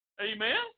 Amen